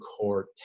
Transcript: core